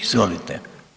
Izvolite.